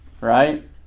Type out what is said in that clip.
right